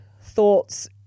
thoughts